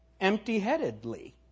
empty-headedly